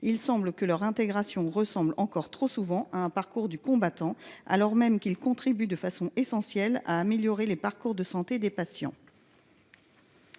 semaines. Leur intégration ressemblerait encore trop souvent à un parcours du combattant, alors qu’ils contribuent de façon essentielle à améliorer les parcours de santé des patients.